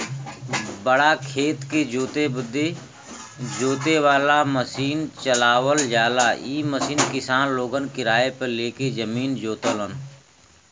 बड़ा खेत के जोते बदे जोते वाला मसीन चलावल जाला इ मसीन किसान लोगन किराए पे ले के जमीन जोतलन